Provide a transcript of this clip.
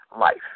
life